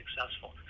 successful